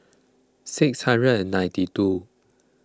six hundred ninety two